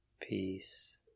peace